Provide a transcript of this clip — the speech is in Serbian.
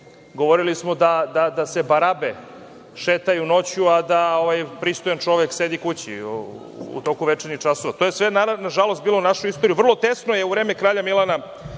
Govorili smo da se barabe šetaju noću, a da pristojan čovek sedi kući u toku večernjih časova. To je sve, nažalost, bilo u našoj istoriji. Vrlo tesno je u vreme kralja Milana